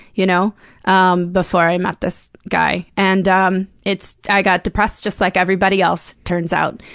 you know um before i met this guy. and um it's i got depressed just like everybody else, turns out.